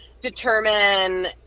determine